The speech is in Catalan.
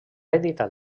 editat